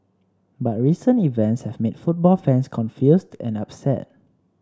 but recent events have made football fans confused and upset